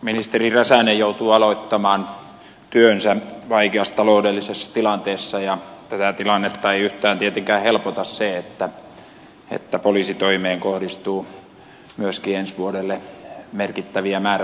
ministeri räsänen joutuu aloittamaan työnsä vaikeassa taloudellisessa tilanteessa ja tätä tilannetta ei yhtään tietenkään helpota se että poliisitoimeen kohdistuu myöskin ensi vuonna merkittäviä määrärahasäästöjä